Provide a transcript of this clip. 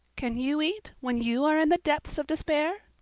can you eat when you are in the depths of despair?